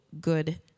good